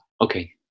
Okay